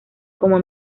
como